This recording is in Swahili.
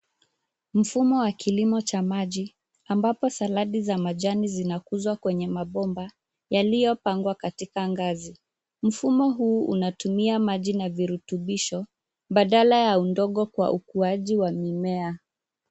Mfumo wa kilimo cha maji ambapo saladi za majani zinakuzwa kwenye mabomba yaliyopangwa katika ngazi. Mfumo huu unatumia maji na virutubisho baadala ya udongo, kwa ukuaji wa mimea.